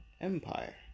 empire